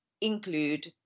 include